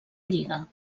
lliga